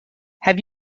have